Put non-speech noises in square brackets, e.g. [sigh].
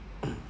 [coughs]